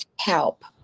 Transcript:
help